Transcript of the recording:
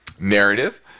narrative